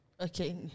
Okay